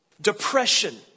Depression